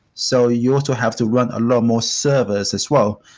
so you also have to run a lot more servers as well.